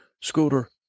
scooter